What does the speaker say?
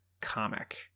comic